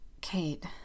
Kate